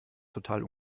total